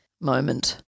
moment